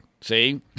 See